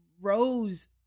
rose